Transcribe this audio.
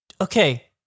Okay